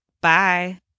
Bye